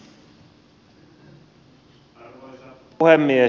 arvoisa puhemies